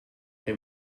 they